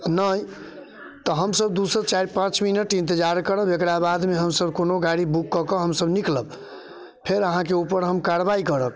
नहि तऽ हमसब दूसँ चारि पाँच मिनट इन्तजार करब एकरा बादमे हमसब कोनो गाड़ी बुक कऽ कऽ हमसब निकलब फेर अहाँके उपर हम कार्रवाइ करब